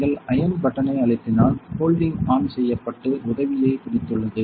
நீங்கள் அயர்ன் பட்டனை அழுத்தினால் கோல்டிங் ஆன் செய்யப்பட்டு உதவியை பிடித்துள்ளது